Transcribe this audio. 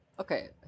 Okay